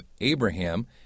Abraham